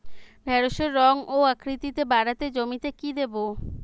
ঢেঁড়সের রং ও আকৃতিতে বাড়াতে জমিতে কি দেবো?